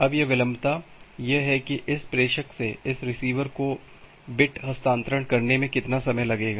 अब यह विलंबता यह है कि इस प्रेषक से इस रिसीवर को बिट हस्तांतरण करने में कितना समय लगेगा